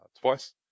twice